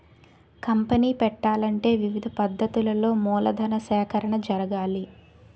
company పెట్టాలంటే వివిధ పద్ధతులలో మూలధన సేకరణ జరగాలి